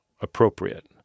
appropriate